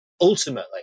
Ultimately